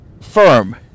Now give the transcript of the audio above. firm